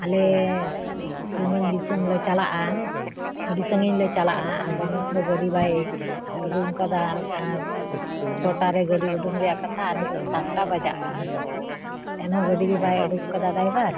ᱟᱞᱮ ᱥᱟᱺᱜᱤᱧ ᱫᱤᱥᱟᱹᱢᱞᱮ ᱪᱟᱞᱟᱜᱼᱟ ᱟᱹᱰᱤ ᱥᱟᱺᱜᱤᱧᱞᱮ ᱪᱟᱞᱟᱜᱼᱟ ᱟᱫᱚ ᱱᱤᱛᱦᱚᱸ ᱜᱟᱹᱰᱤ ᱵᱟᱭ ᱩᱰᱩᱝᱠᱟᱫᱟ ᱪᱷᱚᱴᱟ ᱨᱮ ᱜᱟᱹᱰᱤ ᱩᱰᱩᱝ ᱨᱮᱭᱟᱜ ᱠᱟᱛᱷᱟ ᱟᱨ ᱱᱤᱛᱚᱜ ᱥᱟᱛᱴᱟ ᱵᱟᱡᱟᱜ ᱠᱟᱱᱟ ᱮᱱᱦᱚᱸ ᱜᱟᱹᱰᱤᱜᱮ ᱵᱟᱭ ᱚᱰᱳᱠ ᱠᱟᱫᱟ ᱰᱟᱭᱵᱟᱨ